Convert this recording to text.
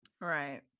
right